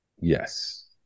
yes